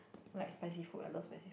like spicy food I love spicy